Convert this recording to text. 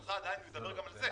שלך עדיין מדבר גם על זה.